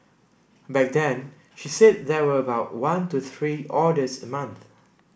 back then she said there were about one to three orders a month